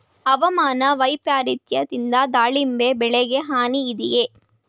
ಹವಾಮಾನ ವೈಪರಿತ್ಯದಿಂದ ದಾಳಿಂಬೆ ಬೆಳೆಗೆ ಹಾನಿ ಇದೆಯೇ?